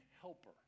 helper